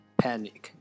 panic